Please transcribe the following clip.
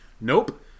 Nope